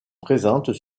présentes